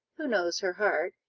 who knows her heart,